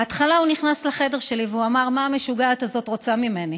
בהתחלה הוא נכנס לחדר שלי ואמר: מה המשוגעת הזאת רוצה ממני?